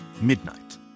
Midnight